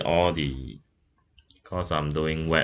all the cause I'm doing web